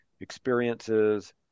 experiences